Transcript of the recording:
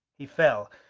he fell.